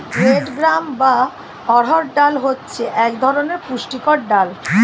red gram বা অড়হর ডাল হচ্ছে এক ধরনের পুষ্টিকর ডাল